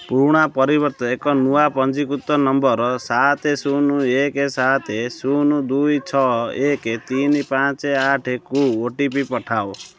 ପୁରୁଣା ପରିବର୍ତ୍ତେ ଏକ ନୂଆ ପଞ୍ଜୀକୃତ ନମ୍ବର ସାତ ଶୂନ ଏକେ ସାତ ଶୂନ ଦୁଇ ଛଅ ଏକେ ତିନି ପାଞ୍ଚ ଆଠକୁ ଓ ଟି ପି ପଠାଅ